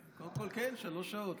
קודם כול, כן, שלוש שעות.